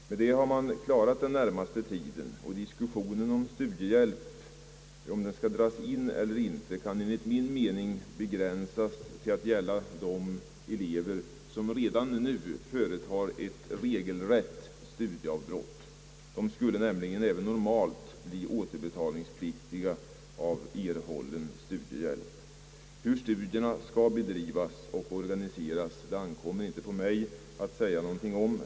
Med detta har man klarat den närmaste tiden; och diskussionen om studiehjälpen skall dras in eller inte kan enligt min mening begränsas till att gälla de elever som redan nu företar ett regelrätt studieavbrott. De skulle nämligen även normalt bli skyldiga att återbetala erhållen studiehjälp. Hur studierna skall bedrivas och organiseras ankommer det inte på mig att säga någonting om.